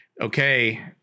okay